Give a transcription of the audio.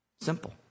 Simple